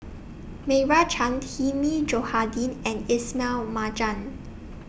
Meira Chand Hilmi Johandi and Ismail Marjan